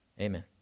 Amen